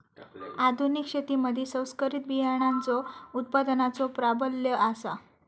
आधुनिक शेतीमधि संकरित बियाणांचो उत्पादनाचो प्राबल्य आसा